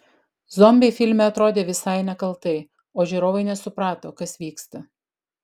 zombiai filme atrodė visai nekaltai o žiūrovai nesuprato kas vyksta